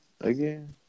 again